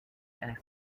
and